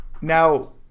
Now